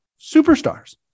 superstars